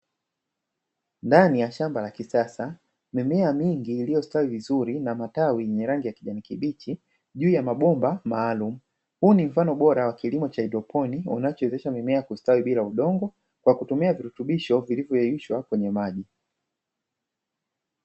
Ndani ya shamba la kisasa mimea mingi iliyostawi vizuri na matawi yenye rangi ya kijani kibichi juu ya mabomba maalumu, huu ni mfano bora wa kilimo cha haidroponi unachowezesha mimea kustawi bila udongo kwa kutumia virutubisho vilivyoyeyushwa kwenye maji.